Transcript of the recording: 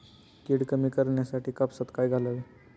कीड कमी करण्यासाठी कापसात काय घालावे?